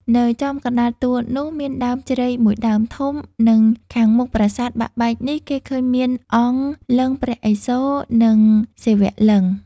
នៅចំកណ្តាលទួលនោះ មានដើមជ្រៃមួយដើមធំ និង ខាងមុខប្រាសាទបាក់បែកនេះ គេឃើញមានអង្គ (លិង្គព្រះឥសូរ ឬ សិវលិង្គ) ។